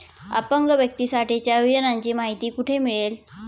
अपंग व्यक्तीसाठीच्या योजनांची माहिती कुठे मिळेल?